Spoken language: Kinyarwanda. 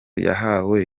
yahawe